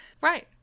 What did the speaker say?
Right